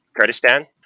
Kurdistan